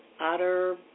Otter